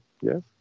Yes